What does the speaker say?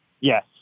yes